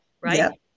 Right